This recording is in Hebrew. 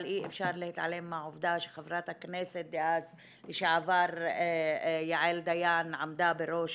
אבל אי אפשר להתעלם מהעובדה שחברת הכנסת לשעבר יעל דיין אמרה גם בראש